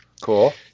Cool